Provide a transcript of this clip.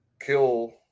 kill